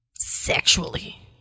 sexually